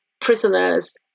prisoners